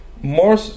More